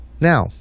Now